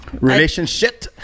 relationship